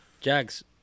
Jags